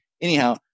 Anyhow